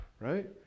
right